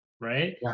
right